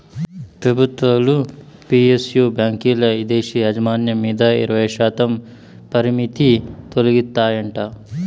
పెబుత్వాలు పి.ఎస్.యు బాంకీల్ల ఇదేశీ యాజమాన్యం మీద ఇరవైశాతం పరిమితి తొలగిస్తాయంట